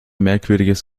merkwürdiges